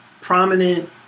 prominent